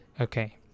okay